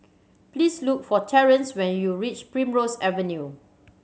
please look for Terrance when you reach Primrose Avenue